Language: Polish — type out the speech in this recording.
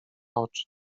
oczy